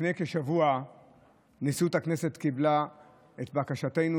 לפני כשבוע נשיאות הכנסת קיבלה את בקשתנו,